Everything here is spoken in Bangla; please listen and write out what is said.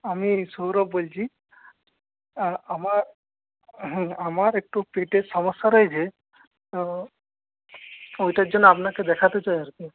আমি সৌরভ বলছি আ আমার হুম আমার একটু পেটের সমস্যা রয়েছে তো ওইটার জন্য আপনাকে দেখাতে চাই আর কি